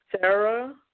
Sarah